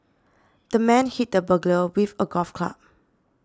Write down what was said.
the man hit the burglar with a golf club